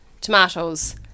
Tomatoes